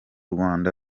rwanda